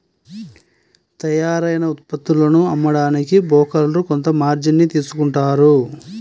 తయ్యారైన ఉత్పత్తులను అమ్మడానికి బోకర్లు కొంత మార్జిన్ ని తీసుకుంటారు